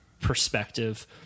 perspective